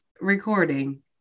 recording